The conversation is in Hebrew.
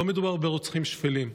לא מדובר ברוצחים שפלים.